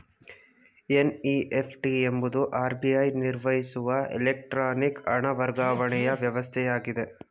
NEFT ಎಂಬುದು RBI ನಿರ್ವಹಿಸುವ electronic ಹಣ ವರ್ಗಾವಣೆಯ ವ್ಯವಸ್ಥೆಯಾಗಿದೆ